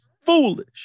foolish